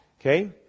Okay